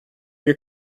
your